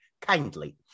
kindly